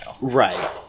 right